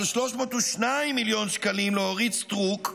אבל 302 מיליון שקלים לאורית סטרוק,